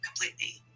completely